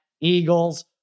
Eagles